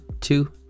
two